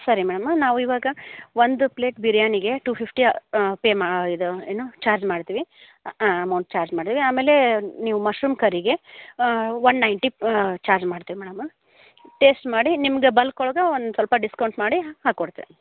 ಸರಿ ಮೇಡಮ್ ನಾವು ಇವಾಗ ಒಂದು ಪ್ಲೇಟ್ ಬಿರ್ಯಾನಿಗೆ ಟು ಫಿಫ್ಟಿ ಪೇ ಮಾ ಇದು ಏನು ಚಾರ್ಜ್ ಮಾಡ್ತೀವಿ ಹಾಂ ಅಮೌಂಟ್ ಚಾರ್ಜ್ ಮಾಡ್ತೀವಿ ಆಮೇಲೆ ನೀವು ಮಶ್ರೂಮ್ ಕರಿಗೆ ಒನ್ ನೈನ್ಟಿ ಚಾರ್ಜ್ ಮಾಡ್ತೀವಿ ಮೇಡಮ್ ಟೇಸ್ಟ್ ಮಾಡಿ ನಿಮ್ದು ಬಲ್ಕ್ ಒಳಗೆ ಒಂದು ಸ್ವಲ್ಪ ಡಿಸ್ಕೌಂಟ್ ಮಾಡಿ ಹಾಕ್ಕೊಡ್ತೇವೆ